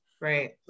right